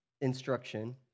instruction